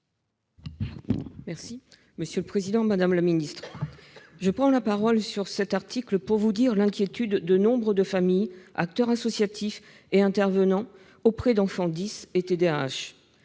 Féret, sur l'article. Madame la ministre, je prends la parole sur cet article pour vous dire l'inquiétude de nombre de familles, acteurs associatifs et intervenants auprès d'enfants « dys » et TDAH.